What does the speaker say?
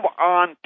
on